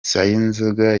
sayinzoga